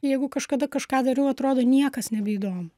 jeigu kažkada kažką dariau atrodo niekas nebeįdomu